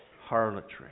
harlotry